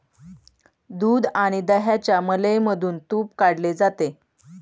दूध आणि दह्याच्या मलईमधून तुप काढले जाते